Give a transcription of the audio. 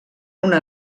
una